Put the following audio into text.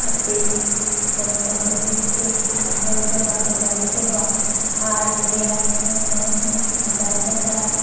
apple তেনেকুৱাবোৰ বস্তু ঘৰতে হোৱা বা বাৰীতে হোৱা সাৰ নিদিয়া নৰসিংহ ভেদাইলতা